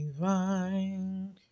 divine